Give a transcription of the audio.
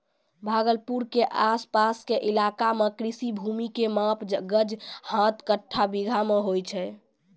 भागलपुर के आस पास के इलाका मॅ कृषि भूमि के माप गज, हाथ, कट्ठा, बीघा मॅ होय छै